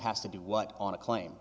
has to do what on a claim